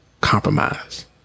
compromise